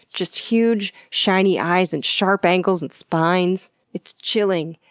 just huge, shiny eyes, and sharp angles, and spines. it's chilling,